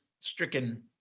stricken